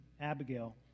Abigail